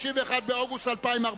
(1 באוגוסט 2014)